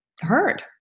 heard